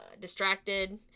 distracted